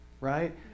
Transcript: right